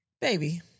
baby